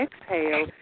exhale